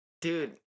Dude